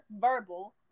verbal